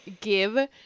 give